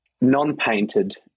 non-painted